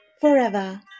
forever